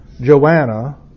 Joanna